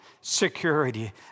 security